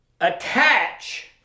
attach